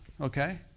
Okay